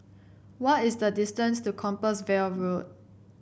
what is the distance to Compassvale Road